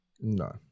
No